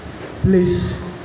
please